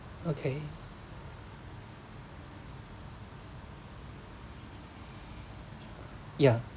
okay yeah